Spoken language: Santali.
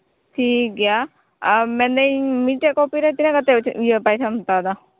ᱴᱷᱤᱠᱜᱮᱭᱟ ᱟᱨ ᱢᱮᱱᱫᱟᱹᱧ ᱢᱤᱫᱴᱮᱡ ᱠᱚᱯᱤ ᱨᱮ ᱛᱤᱱᱟᱹᱜ ᱠᱟᱛᱮ ᱤᱭᱟᱹ ᱯᱚᱭᱥᱟᱢ ᱦᱟᱛᱟᱣᱮᱫᱟ